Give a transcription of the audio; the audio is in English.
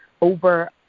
over –